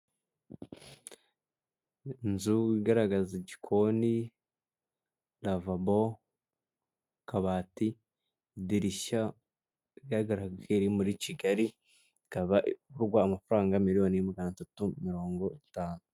Inzu igaragaza igikoni ravabo, akabati, idirishya bigaragara ko iri muri Kigali ikaba igurwa amafaranga miliyoni maganatatu mirongo itanu.